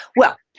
well,